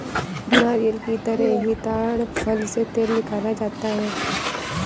नारियल की तरह ही ताङ फल से तेल निकाला जाता है